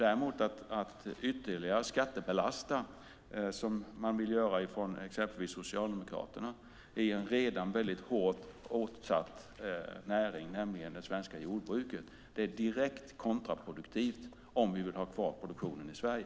Att däremot, som man vill göra från exempelvis Socialdemokraternas sida, ytterligare skattebelasta en redan väldigt hårt ansatt näring, nämligen det svenska jordbruket, är direkt kontraproduktivt, om vi vill ha kvar produktionen i Sverige.